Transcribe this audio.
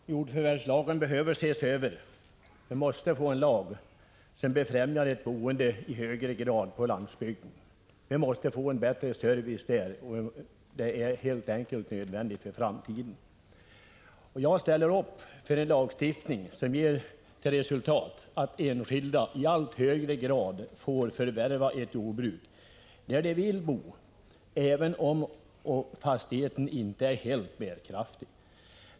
Fru talman! Jordförvärvslagen behöver ses över. Vi måste få en lag som i högre grad befrämjar boende på landsbygden. Människorna där måste få en bättre service — det är helt enkelt nödvändigt för framtiden. Jag ställer mig bakom en lagstiftning, som ger till resultat att enskilda i allt högre grad får förvärva ett jordbruk där de vill bo, även om fastigheten inte är helt bärkraftig.